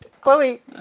Chloe